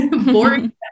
boring